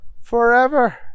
forever